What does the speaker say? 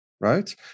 right